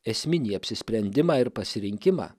esminį apsisprendimą ir pasirinkimą